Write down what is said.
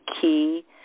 Key